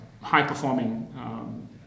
high-performing